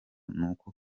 nuko